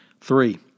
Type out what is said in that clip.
Three